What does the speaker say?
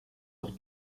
leurs